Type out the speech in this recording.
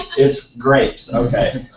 it's grapes okay,